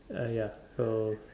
uh ya so